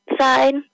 side